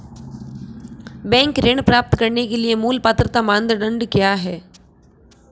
Bank ऋण प्राप्त करने के लिए मूल पात्रता मानदंड क्या हैं?